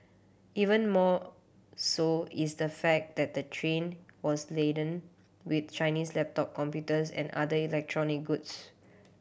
even more so is the fact that the train was laden with Chinese laptop computers and other electronic goods